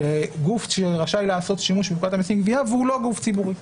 וגוף שרשאי לעשות שימוש בפקודת המסים (גבייה) והוא לא גוף ציבורי.